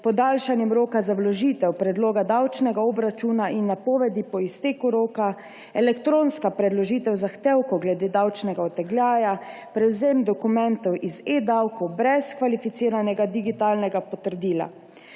podaljšanjem roka za vložitev predloga davčnega obračuna in napovedi po izteku roka, elektronsko predložitvijo zahtevkov glede davčnega odtegljaja, prevzemom dokumentov iz eDavkov brez kvalificiranega digitalnega potrdila.